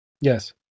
yes